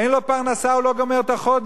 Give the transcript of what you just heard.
אין לו פרנסה, הוא לא גומר את החודש.